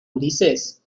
ulises